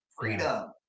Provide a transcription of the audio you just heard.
Freedom